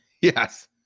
Yes